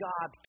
God